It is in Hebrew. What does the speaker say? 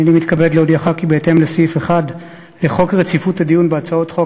הנני מתכבד להודיעכם כי בהתאם לסעיף 1 לחוק רציפות הדיון בהצעות חוק,